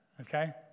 okay